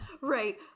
right